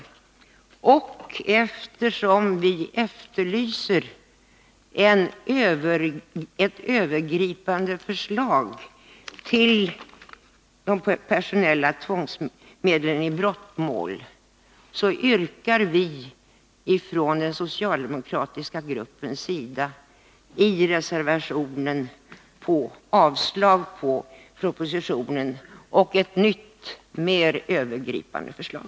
Eftersom vi i den socialdemokratiska gruppen efterlyser ett övergripande förslag till de personella tvångsmedlen i brottmål, yrkar vi i reservationen avslag på propositionen och begär ett nytt, mer övergripande förslag.